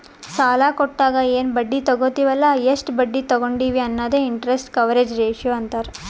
ಸಾಲಾ ಕೊಟ್ಟಾಗ ಎನ್ ಬಡ್ಡಿ ತಗೋತ್ತಿವ್ ಅಲ್ಲ ಎಷ್ಟ ಬಡ್ಡಿ ತಗೊಂಡಿವಿ ಅನ್ನದೆ ಇಂಟರೆಸ್ಟ್ ಕವರೇಜ್ ರೇಶಿಯೋ ಅಂತಾರ್